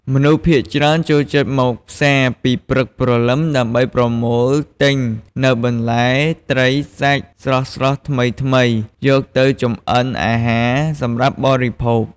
មនុស្សភាគច្រើនចូលចិត្តមកផ្សារពីព្រឹកព្រលឹមដើម្បីប្រមូលទិញនូវបន្លែ ត្រី សាច់ ស្រស់ៗថ្មីៗយកទៅចម្អិនអាហារសម្រាប់បរិភោគ។